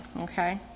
Okay